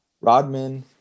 Rodman